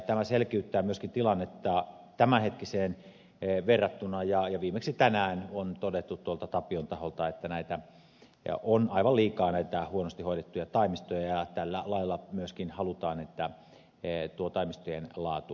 tämä selkiyttää myöskin tilannetta tämänhetkiseen verrattuna ja viimeksi tänään on todettu tapion taholta että on aivan liikaa näitä huonosti hoidettuja taimistoja ja tällä lailla myöskin halutaan että tuo taimistojen laatu kohenee